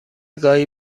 گاهی